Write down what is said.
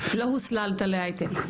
לא הוסללת להייטק.